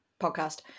podcast